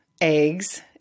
eggs